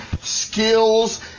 skills